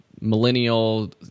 millennial